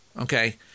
Okay